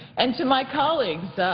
and to my colleagues,